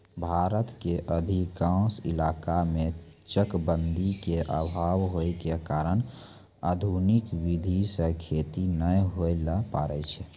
भारत के अधिकांश इलाका मॅ चकबंदी के अभाव होय के कारण आधुनिक विधी सॅ खेती नाय होय ल पारै छै